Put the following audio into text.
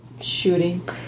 shooting